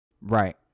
Right